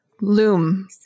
loom